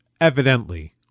evidently